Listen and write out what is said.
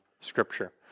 scripture